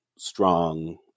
strong